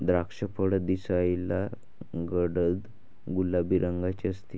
द्राक्षफळ दिसायलाही गडद गुलाबी रंगाचे असते